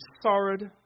sorrowed